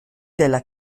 della